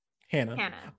Hannah